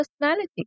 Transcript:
personality